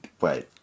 Wait